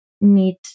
need